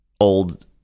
old